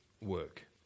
work